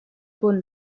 bund